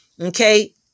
okay